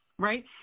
Right